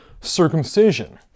circumcision